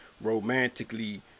romantically